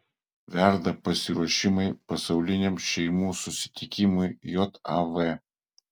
verda pasiruošimai pasauliniam šeimų susitikimui jav